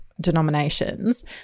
denominations